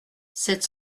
sept